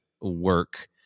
work